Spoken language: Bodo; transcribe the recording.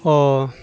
अ